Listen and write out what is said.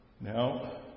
Now